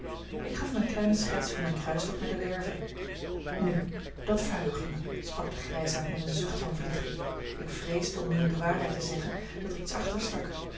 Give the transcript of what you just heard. ik gaf hem eene kleine schets van mijn kruistocht naar de werve nu dat verheugt me sprak de grijsaard met een zucht van verlichting ik vreesde om u de waarheid te zeggen dat er iets achter stak